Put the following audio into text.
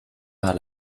par